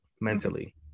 mentally